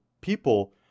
people